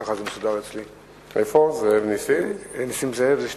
רצוני לשאול: 1. האם התלונות שהועלו ידועות לכם?